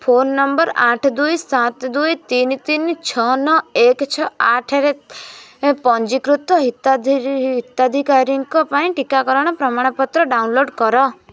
phone ନମ୍ବର ଆଠ ଦୁଇ ସାତ ଦୁଇ ତିନି ତିନି ଛଅ ନଅ ଏକ ଛଅ ଆଠ ରେ ପଞ୍ଜୀକୃତ ହିତାଧିକାରୀଙ୍କ ପାଇଁ ଟିକାକରଣ ପ୍ରମାଣପତ୍ର ଡାଉନଲୋଡ଼୍ କର